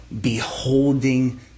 beholding